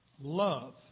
love